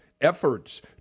Efforts